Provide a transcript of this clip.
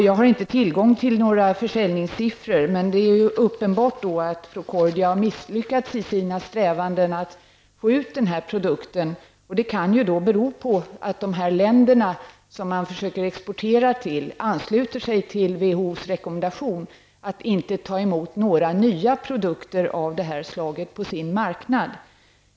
Jag har inte tillgång till några försäljningssiffror, men det är ju uppenbart att Procordia har misslyckats i sina strävanden att få ut den här produkten. Det kan ju bero på att de länder som man vill exportera till ansluter sig till WHOs rekommendation att inte ta emot några nya produkter av det här slaget på sin marknad.